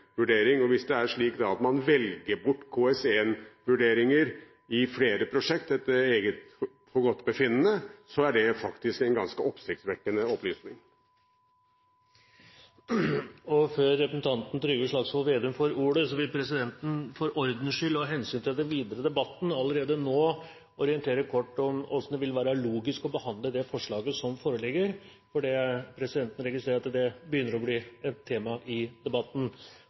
Hvis det er slik at man velger bort KS1-vurderinger i flere prosjekter etter eget forgodtbefinnende, er det faktisk en ganske oppsiktsvekkende opplysning. Neste taler er representanten Trygve Slagsvold Vedum, men før han får ordet, vil presidenten for ordens skyld, av hensyn til den videre debatten, allerede nå orientere kort om hvordan det vil være logisk å behandle det forslaget som foreligger, for presidenten registrerer at det begynner å bli et tema i debatten.